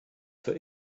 für